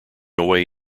away